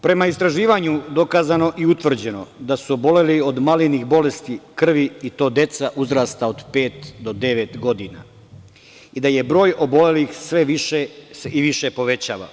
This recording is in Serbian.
Prema istraživanju dokazano je i utvrđeno da su oboleli od malignih bolesti krvi i to deca uzrasta od pet do devet godina i da se broj obolelih sve više i više se povećava.